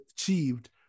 achieved